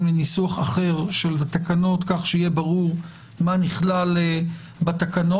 לניסוח אחר של תקנות כך שיהיה ברור מה נכלל בתקנות.